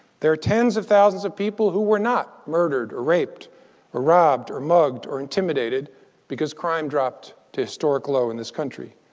there are tens of thousands of people who were not murdered or raped or robbed or mugged or intimidated because crime dropped to a historic low in this country.